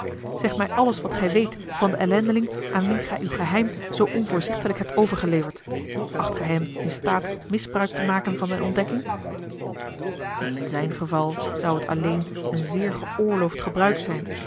zeg mij alles wat gij weet van den ellendeling aan wien gij uw geheim zoo onvoorzichtelijk hebt overgeleverd acht gij hem in staat misbruik te maken van zijne ontdekking in zijn geval zou het alleen een zeer geoorloofd gebruik zijn